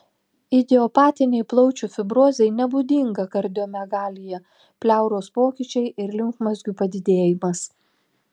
idiopatinei plaučių fibrozei nebūdinga kardiomegalija pleuros pokyčiai ir limfmazgių padidėjimas